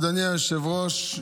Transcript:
אדוני היושב-ראש,